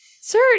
Sir